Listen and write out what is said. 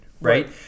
right